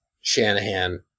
Shanahan